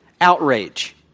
outrage